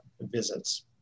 visits